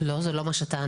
לא, זה לא מה שטענתי.